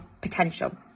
potential